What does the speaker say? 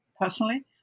personally